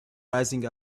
rising